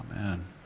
Amen